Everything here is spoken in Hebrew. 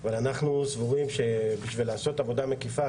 אבל אנחנו סבורים שבשביל לעשות עבודה מקיפה...